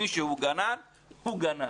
מי שהוא גנן, הוא גנן.